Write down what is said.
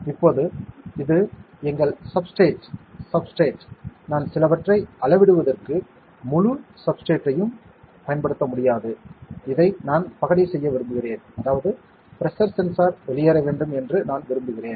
இப்போது இது எங்கள் சப்ஸ்ட்ரேட் சப்ஸ்ட்ரேட் நான் சிலவற்றை அளவிடுவதற்கு முழு சப்ஸ்ட்ரேட்டையும் பயன்படுத்த முடியாது இதை நான் பகடை செய்ய விரும்புகிறேன் அதாவது பிரஷர் சென்சார் வெளியேற வேண்டும் என்று நான் விரும்புகிறேன்